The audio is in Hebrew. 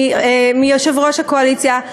מיושב-ראש הקואליציה.